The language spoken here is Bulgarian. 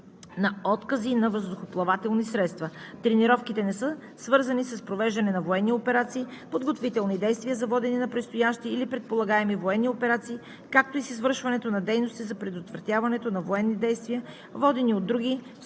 на откази на въздухоплавателни средства. Тренировките не са свързани с провеждане на военни операции, подготвителни действия за водене на предстоящи или предполагаеми военни операции, както и с извършването на дейности за предотвратяването на военни действия, водени от други